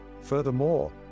Furthermore